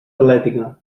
atlètica